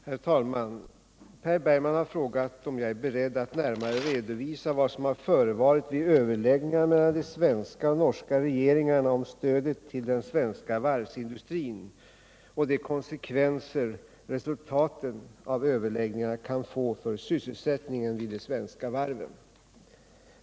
Herr talman! Per Bergman har frågat mig om jag är beredd att närmare redovisa vad som har förevarit vid överläggningarna mellan de svenska och norska regeringarna om stödet till den svenska varvsindustrin och de konsekvenser resultaten av överläggningarna kan få för sysselsättningen vid de svenska varven.